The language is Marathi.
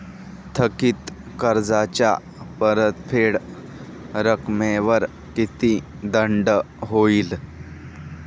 थकीत कर्जाच्या परतफेड रकमेवर किती दंड होईल?